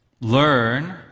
learn